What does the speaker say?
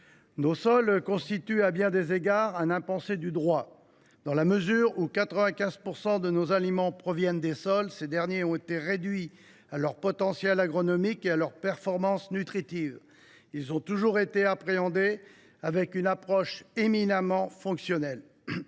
nos sols constituent, à bien des égards, un impensé du droit. Dans la mesure où 95 % de nos aliments proviennent des sols, ces derniers ont été réduits à leur potentiel agronomique et à leurs performances nutritives. Ils ont toujours été appréhendés de manière éminemment fonctionnelle.